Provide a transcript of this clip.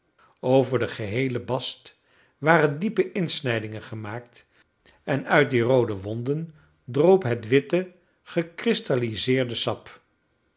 over den geheelen bast waren diepe insnijdingen gemaakt en uit die roode wonden droop het witte gekristalliseerde sap